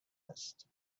است